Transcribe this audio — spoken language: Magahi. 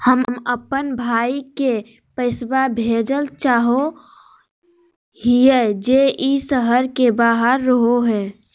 हम अप्पन भाई के पैसवा भेजल चाहो हिअइ जे ई शहर के बाहर रहो है